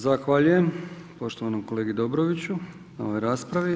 Zahvaljujem poštovanom kolegi Dobroviću na ovoj raspravi.